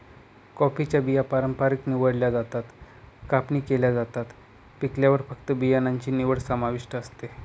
कॉफीच्या बिया पारंपारिकपणे निवडल्या जातात, कापणी केल्या जातात, पिकल्यावर फक्त बियाणांची निवड समाविष्ट असते